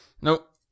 Nope